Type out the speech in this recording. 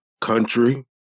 country